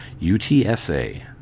UTSA